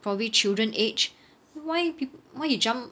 probably children age wh~ pe~ why he jump